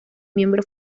miembro